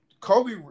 Kobe